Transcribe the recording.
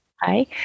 hi